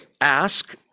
Ask